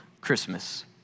Christmas